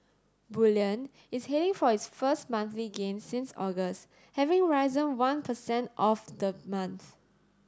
bullion is heading for its first monthly gain since August having risen one per cent of the month